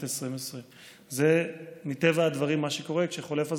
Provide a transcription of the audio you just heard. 2020. זה מטבע הדברים מה שקורה כשחולף הזמן,